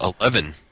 Eleven